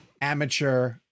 amateur